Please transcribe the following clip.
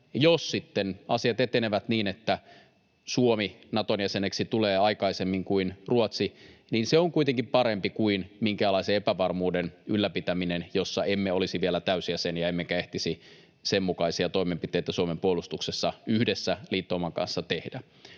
Jos sitten asiat etenevät niin, että Suomi Naton jäseneksi tulee aikaisemmin kuin Ruotsi, niin se on kuitenkin parempi kuin minkäänlaisen epävarmuuden ylläpitäminen, jossa emme olisi vielä täysjäseniä emmekä ehtisi sen mukaisia toimenpiteitä Suomen puolustuksessa yhdessä liittouman kanssa tehdä.